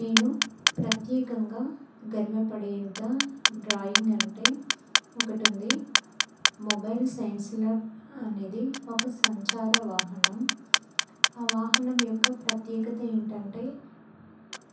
నేను ప్రత్యేకంగా గర్వపడేంత డ్రాయింగ్ అంటే ఒకటి ఉంది మొబైల్ సైన్స్ ల్యాబ్ అనేది ఒక సంచార వాహనం ఆ వాహనం యొక్క ప్రత్యేకత ఏంటంటే